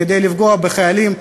כדי לפגוע בחיילים,